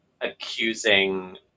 accusing